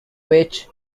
which